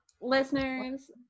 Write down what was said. listeners